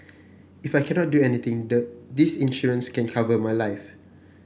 if I cannot do anything this insurance can cover my life